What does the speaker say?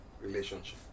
relationship